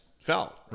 felt